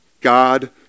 God